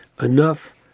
enough